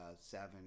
seven